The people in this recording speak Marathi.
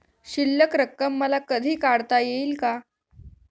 शिल्लक रक्कम मला कधी काढता येईल का?